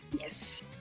Yes